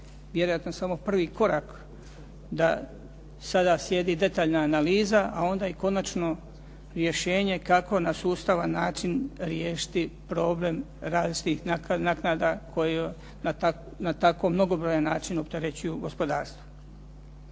vjerojatno samo prvi korak da sada slijedi detaljna analiza, a onda i konačno rješenje kako na sustavan način riješiti problem različitih naknada koje na tako mnogobrojan način opterećuju gospodarstvo.